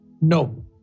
No